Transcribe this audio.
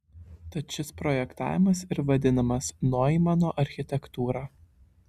tad šis projektavimas ir vadinamas noimano architektūra